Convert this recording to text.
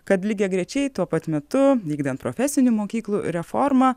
kad lygiagrečiai tuo pat metu vykdant profesinių mokyklų reformą